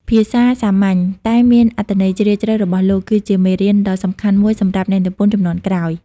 ភាសាសាមញ្ញ តែមានអត្ថន័យជ្រាលជ្រៅរបស់លោក គឺជាមេរៀនដ៏សំខាន់មួយសម្រាប់អ្នកនិពន្ធជំនាន់ក្រោយ។